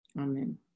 Amen